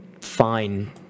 fine